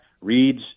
reads